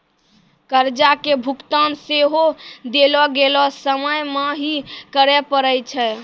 कर्जा के भुगतान सेहो देलो गेलो समय मे ही करे पड़ै छै